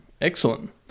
Excellent